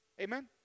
Amen